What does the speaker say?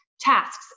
tasks